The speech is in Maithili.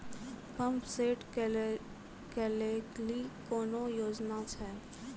पंप सेट केलेली कोनो योजना छ?